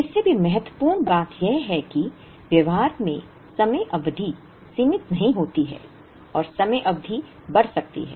इससे भी महत्वपूर्ण बात यह है कि व्यवहार में समय अवधि सीमित नहीं होती है और समय अवधि बढ़ सकती है